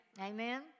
Amen